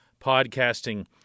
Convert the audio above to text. Podcasting